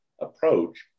approach